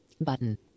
Button